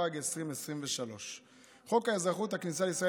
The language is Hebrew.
התשפ"ג 2023. חוק האזרחות והכניסה לישראל